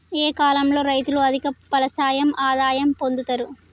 ఏ కాలం లో రైతులు అధిక ఫలసాయం ఆదాయం పొందుతరు?